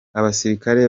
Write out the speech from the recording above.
abasirikare